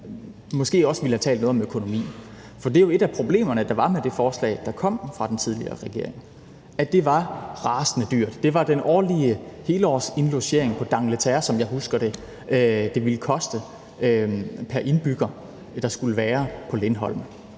måske også ville have talt mere om økonomi. For det er jo et af problemerne, der var med det forslag, der kom fra den tidligere regering: at det var rasende dyrt. Det svarede til den årlige helårsindlogering på d'Angleterre, som jeg husker det, som det ville koste per indbygger, der skulle være på Lindholm,